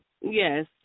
Yes